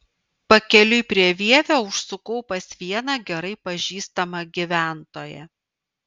pakeliui prie vievio užsukau pas vieną gerai pažįstamą gyventoją